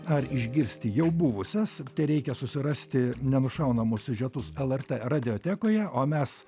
ar išgirsti jau buvusias tereikia susirasti nenušaunamus siužetus lrt radiotekoje o mes